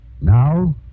Now